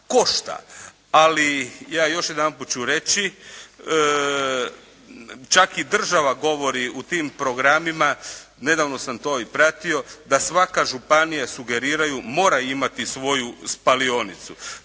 košta, ali, ja još jedanput ću reći, čak i država govori u tim programima, nedavno sam to i pratio, da svaka županija, sugeriraju, mora imati svoju spalionicu.